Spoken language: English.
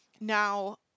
now